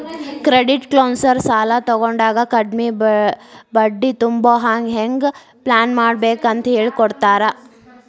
credit counsellor ಸಾಲಾ ತಗೊಂಡಾಗ ಕಡ್ಮಿ ಬಡ್ಡಿ ತುಂಬೊಹಂಗ್ ಹೆಂಗ್ ಪ್ಲಾನ್ಮಾಡ್ಬೇಕಂತ್ ಹೆಳಿಕೊಡ್ತಾರ